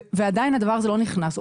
ועדיין הדבר הזה לא נכנס.